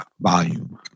volume